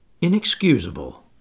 inexcusable